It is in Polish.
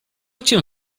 cię